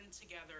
together